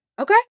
Okay